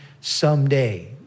someday